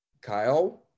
Kyle